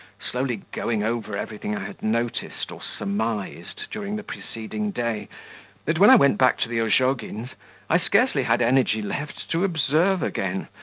slowly going over everything i had noticed or surmised during the preceding day, that when i went back to the ozhogins' i scarcely had energy left to observe again.